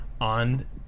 on